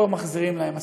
לא מחזירים להם מספיק.